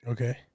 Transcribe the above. Okay